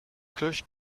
cloches